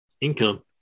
income